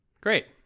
great